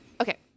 okay